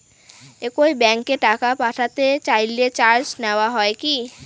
একই ব্যাংকে টাকা পাঠাতে চাইলে চার্জ নেওয়া হয় কি?